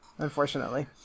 Unfortunately